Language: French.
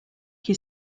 qui